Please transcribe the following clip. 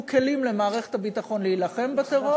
כלים למערכת הביטחון להילחם בטרור,